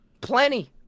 Plenty